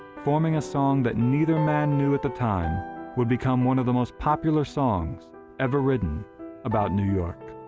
forming a song that neither man knew at the time would become one of the most popular songs ever written about new york.